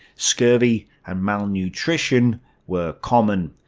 scurvy and malnutrition were common.